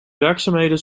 werkzaamheden